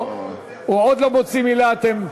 הוא עוד לא מוציא מילה ואתם,